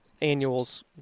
annuals